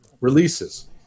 Releases